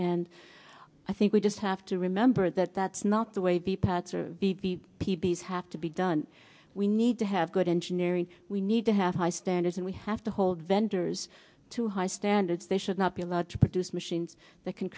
and i think we just have to remember that that's not the way the pats or the p b s have to be done we need to have good engineering we need to have high standards and we have to hold vendors to high standards they should not be allowed to produce machines that can